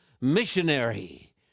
missionary